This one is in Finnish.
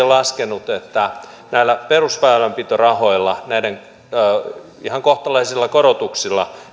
laskenut kuinka paljon näillä perusväylänpitorahojen ihan kohtalaisilla korotuksilla